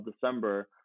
December